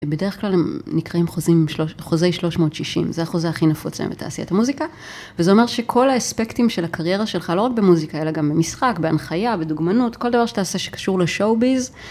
בדרך כלל הם נקראים חוזי 360, זה החוזה הכי נפוץ היום בתעשיית המוזיקה, וזה אומר שכל האספקטים של הקריירה שלך, לא רק במוזיקה, אלא גם במשחק, בהנחיה, בדוגמנות, כל דבר שאתה עושה שקשור לשואו ביז